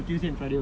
!alamak!